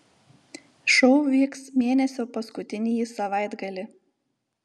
šou vyks mėnesio paskutinįjį savaitgalį